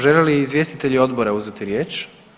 Žele li izvjestitelji odbora uzeti riječ?